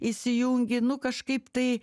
įsijungi nu kažkaip tai